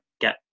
get